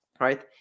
right